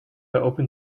open